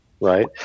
right